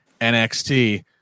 NXT